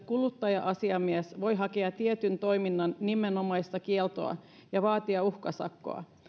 kuluttaja asiamies voi hakea tietyn toiminnan nimenomaista kieltoa ja vaatia uhkasakkoa